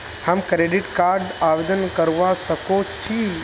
हम credit card आवेदन करवा संकोची?